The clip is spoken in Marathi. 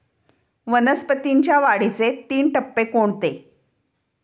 वनस्पतींच्या वाढीचे तीन टप्पे कोणते?